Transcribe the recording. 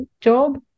job